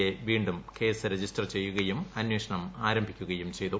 A വീണ്ടും case register ചെയ്യുകയും അന്വേഷണം ആരംഭിക്കുകയും ചെയ്തു